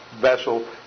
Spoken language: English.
vessel